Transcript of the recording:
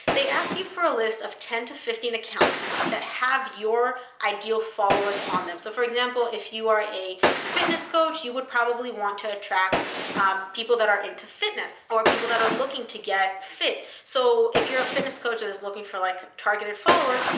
they ask you for a list of ten to fifteen accounts that have your ideal followers on them. so for example, if you are a fitness coach, you would probably want to attract people that are into fitness or people that are looking to get fit. so if you're a fitness coach that ah is looking for like targeted followers,